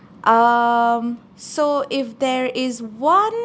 um so if there is one